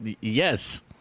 yes